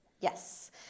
Yes